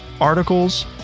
articles